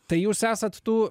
tai jūs esat tų